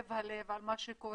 כואב הלב על מה שקורה.